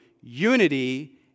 unity